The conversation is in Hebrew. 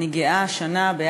אני גאה השנה להצטרף,